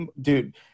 dude